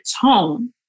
tone